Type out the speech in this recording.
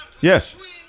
Yes